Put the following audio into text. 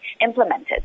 implemented